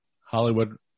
Hollywood